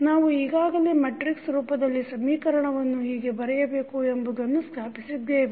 ನಾವು ಈಗಾಗಲೇ ಮೆಟ್ರಿಕ್ಸ್ ರೂಪದಲ್ಲಿ ಸಮೀಕರಣವನ್ನು ಹೀಗೆ ಬರೆಯಬೇಕು ಎಂಬುದನ್ನು ಸ್ಥಾಪಿಸಿದ್ದೇವೆ